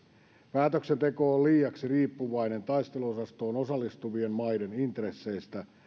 päätöksenteko on liiaksi riippuvainen taisteluosastoon osallistuvien maiden intresseistä